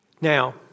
Now